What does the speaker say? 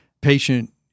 Patient